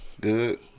Good